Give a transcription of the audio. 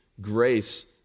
grace